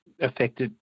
affected